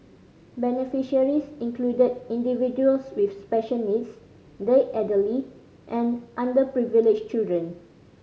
beneficiaries included individuals with special needs the elderly and underprivileged children